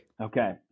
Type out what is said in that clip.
Okay